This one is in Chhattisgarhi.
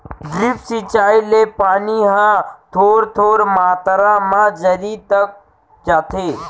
ड्रिप सिंचई ले पानी ह थोर थोर मातरा म जरी तक जाथे